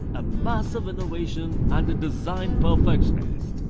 ah massive innovation and a design perfectionist.